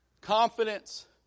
Confidence